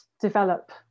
develop